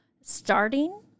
starting